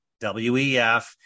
WEF